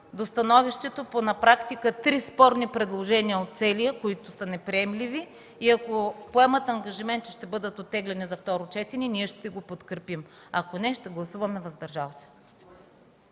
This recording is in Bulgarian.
до становището на практика по три спорни предложения от целия законопроект, които са неприемливи, и ако поемат ангажимент, че ще бъдат оттеглени за второ четене, ние ще го подкрепим. Ако не, ще гласуваме „въздържал